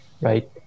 right